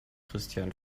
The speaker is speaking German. christian